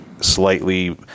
slightly